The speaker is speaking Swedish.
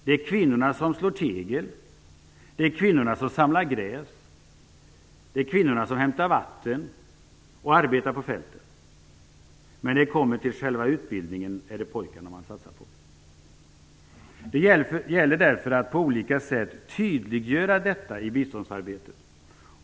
Det är kvinnorna som slår tegel, samlar gräs, hämtar vatten och arbetar på fältet. Men när det kommer till själva utbildningen är det pojkarna man satsar på. Det gäller därför att på olika sätt tydliggöra detta i biståndsarbetet.